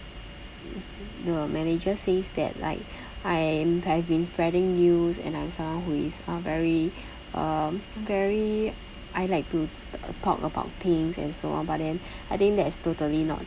the manager says that like I have been spreading news and I am someone who is uh very um very I like to uh talk about things and so on but then I think that is totally not